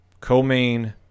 co-main